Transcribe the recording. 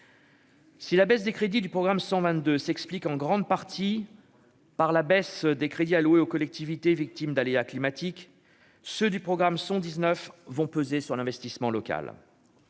Si la baisse des crédits du programme 122 s'explique en grande partie par la baisse des crédits alloués aux collectivités victimes d'aléas climatiques, ceux du programme sont 19 vont peser sur l'investissement local.